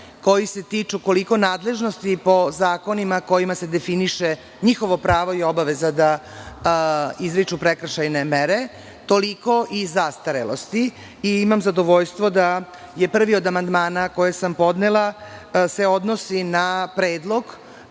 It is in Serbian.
koji se tiču koliko nadležnosti po zakonima kojima se definiše njihovo pravo i obaveza da izriču prekršajne mere, toliko i zastarelosti. Imam zadovoljstvo da se prvi od amandmana koje sam podnela odnosi na predlog